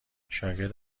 شاگرد